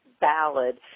ballad